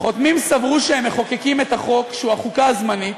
החותמים סברו שהם מחוקקים את החוק שהוא החוקה הזמנית,